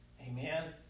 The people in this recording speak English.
Amen